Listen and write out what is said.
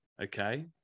Okay